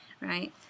right